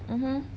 mmhmm